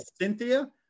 Cynthia